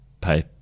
pay